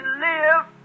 live